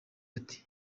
ati